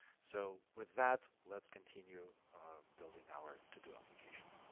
so with that, let's continue building our to-do application.